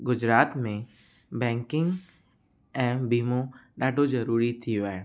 गुजरात में बैंकिंग ऐं बीमो ॾाढो ज़रूरी थी वियो आहे